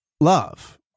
love